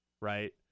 right